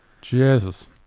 Jesus